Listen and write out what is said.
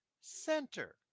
center